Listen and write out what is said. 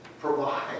Provide